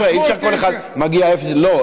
חבר'ה, אי-אפשר, כל אחד, לא.